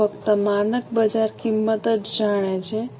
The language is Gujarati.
તેઓ ફક્ત માનક બજાર કિંમત જ જાણે છે